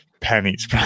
pennies